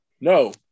No